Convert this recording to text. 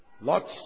lots